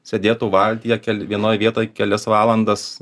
sėdėtų valtyje kel vienoj vietoj kelias valandas